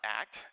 act